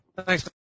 thanks